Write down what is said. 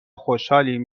خوشحالیم